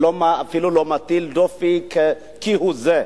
אני לא מטיל דופי כהוא זה.